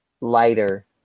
lighter